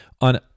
on